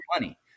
money